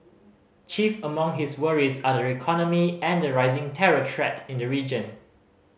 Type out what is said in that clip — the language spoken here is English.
chief among his worries are the economy and the rising terror threat in the region